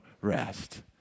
rest